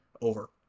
over